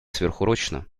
сверхурочно